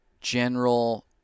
general